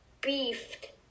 beefed